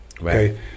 okay